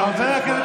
שלא רוצה לשמוע,